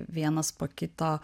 vienas po kito